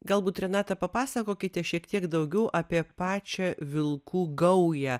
galbūt renata papasakokite šiek tiek daugiau apie pačią vilkų gaują